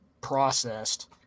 processed